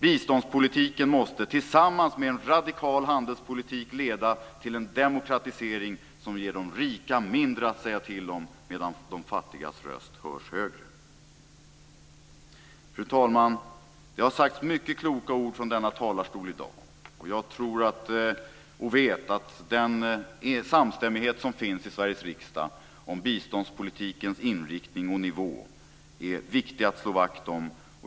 Biståndspolitiken måste tillsammans med en radikal handelspolitik leda till en demokratisering som ger de rika mindre att säga till om medan de fattigas röst hörs högre. Fru talman! Det har sagts mycket kloka ord från denna talarstol i dag. Jag tror, och vet, att den samstämmighet som finns i Sveriges riksdag om biståndspolitikens inriktning och nivå är viktig att slå vakt om.